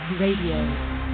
Radio